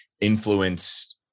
influence